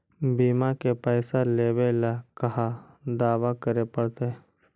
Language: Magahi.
बिमा के पैसा लेबे ल कहा दावा करे पड़तै?